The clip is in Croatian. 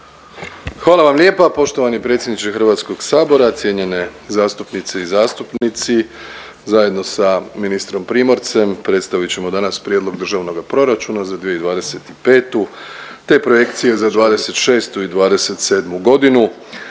Hvala vam lijepa poštovani predsjedniče Hrvatskog sabora, cijenjene zastupnice i zastupnici zajedno sa ministrom Primorcem predstavit ćemo danas Prijedlog Državnoga proračuna za 2025. te projekcije za 2026. i 2027. godinu.